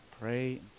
pray